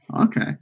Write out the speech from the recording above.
Okay